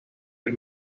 del